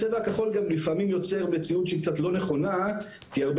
הצבע הכחול גם לפעמים יוצר מציאות שהיא קצת לא נכונה כי הרבה